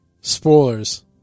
Spoilers